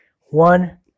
one